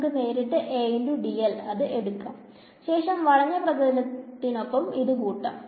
നമുക്ക് നേരിട്ട് ഇത് എടുക്കാം ശേഷം വളഞ്ഞ പ്രതലത്തിലെത്തിനൊപ്പം ഇത് കൂട്ടാം